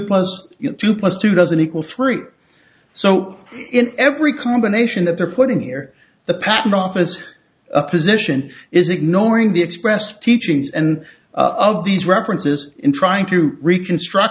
plus two plus two doesn't equal three so in every combination that they're putting here the patent office position is ignoring the express teachings and of these references in trying to reconstruct